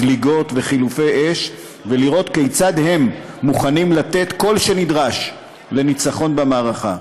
זליגות וחילופי אש ולראות כיצד הם מוכנים לתת כל שנדרש לניצחון במערכה.